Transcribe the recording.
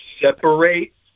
separate